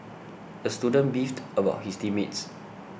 the student beefed about his team mates